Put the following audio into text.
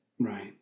Right